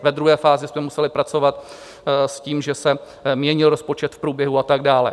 Ve druhé fázi jsme museli pracovat s tím, že se měnil rozpočet v průběhu a tak dále.